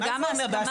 מה זה אומר בהסכמה?